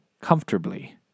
comfortably